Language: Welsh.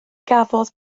gafodd